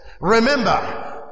Remember